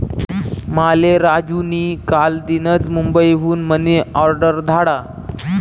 माले राजू नी कालदीनच मुंबई हुन मनी ऑर्डर धाडा